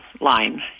line